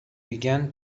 began